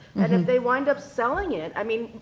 and if they wind up selling it, i mean,